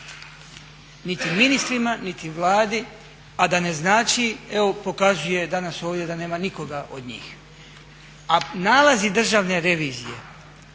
niti ministrima, niti Vladi, a da ne znači evo pokazuje danas ovdje da nema nikoga od njih. A nalazi Državne revizije